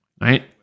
right